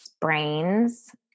brains